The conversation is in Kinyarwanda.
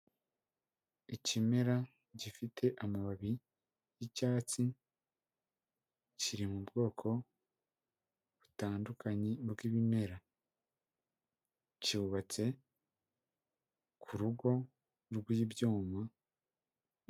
Ikimera gifite amababi y'icyatsi, kiri mu bwoko butandukanye bw'ibimera, cyubatse ku rugo rw'ibyuma.